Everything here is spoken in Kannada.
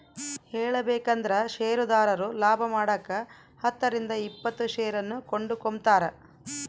ಹೇಳಬೇಕಂದ್ರ ಷೇರುದಾರರು ಲಾಭಮಾಡಕ ಹತ್ತರಿಂದ ಇಪ್ಪತ್ತು ಷೇರನ್ನು ಕೊಂಡುಕೊಂಬ್ತಾರ